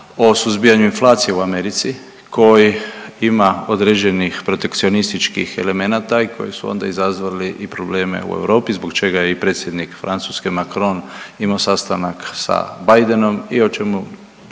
o suzbijanju inflacije u Americi koji ima određenih protekcionističkih elemenata i koji su onda izazvali i probleme u Europi zbog čega je i predsjednike Francuske Macron imamo sastanak sa Bidenom i o čemu će